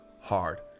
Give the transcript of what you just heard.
hard